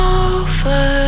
over